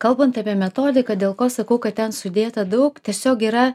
kalbant apie metodiką dėl ko sakau kad ten sudėta daug tiesiog yra